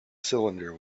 cylinder